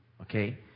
Okay